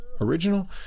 original